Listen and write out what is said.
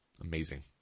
amazing